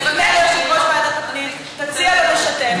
היא תפנה ליושב-ראש ועדת הפנים ותציע לו לשתף.